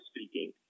speaking